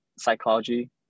psychology